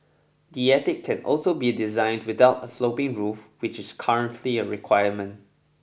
the attic can also be designed without a sloping roof which is currently a requirement